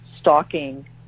stalking